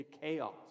chaos